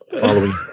Following